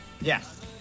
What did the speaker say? Yes